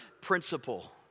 Principle